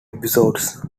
episodes